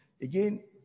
Again